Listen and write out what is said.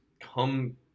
come